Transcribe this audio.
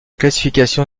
classification